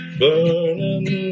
burning